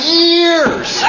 years